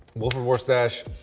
wilford warfstache,